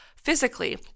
Physically